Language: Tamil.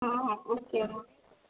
ஆ ஓகேம்மா